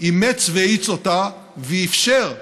אימץ והאיץ אותה ואפשר